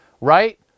Right